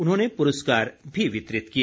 उन्होंने प्रस्कार भी वितरित किए